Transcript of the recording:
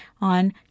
on